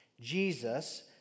Jesus